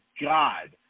God